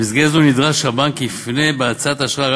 במסגרת זו נדרש שהבנק יפנה בהצעת אשראי